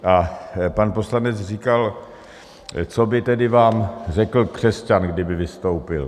A pan poslanec říkal, co by vám řekl křesťan, kdyby vystoupil.